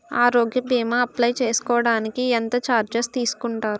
ఆరోగ్య భీమా అప్లయ్ చేసుకోడానికి ఎంత చార్జెస్ తీసుకుంటారు?